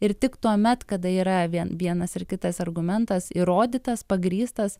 ir tik tuomet kada yra vien vienas ir kitas argumentas įrodytas pagrįstas